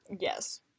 Yes